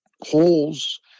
holes